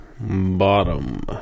bottom